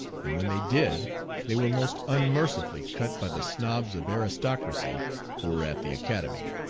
and when they did they were most unmercifully cut by the snobs of aristocracy who were at the academy.